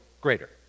greater